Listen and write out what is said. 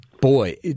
boy